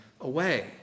away